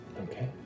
Okay